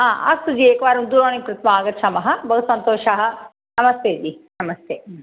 हा अस्तु जि एकवारं दूरवाणीं कृत्वा आगच्छामः बहु सन्तोषः नमस्ते जि नमस्ते